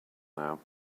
now